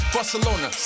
Barcelona